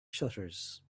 shutters